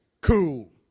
cool